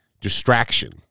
Distraction